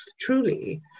Truly